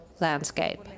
landscape